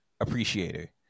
appreciator